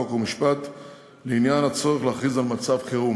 חוק ומשפט לעניין הצורך להכריז על מצב חירום.